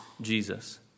Jesus